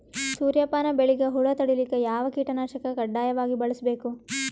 ಸೂರ್ಯಪಾನ ಬೆಳಿಗ ಹುಳ ತಡಿಲಿಕ ಯಾವ ಕೀಟನಾಶಕ ಕಡ್ಡಾಯವಾಗಿ ಬಳಸಬೇಕು?